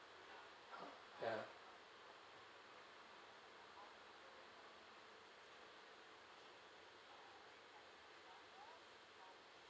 ya